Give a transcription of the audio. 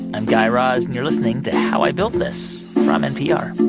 i'm guy raz and you're listening to how i built this from npr